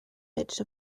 edge